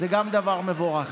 גם זה דבר מבורך.